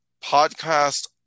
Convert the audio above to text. podcast